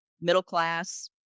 middle-class